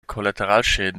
kollateralschäden